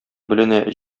беленә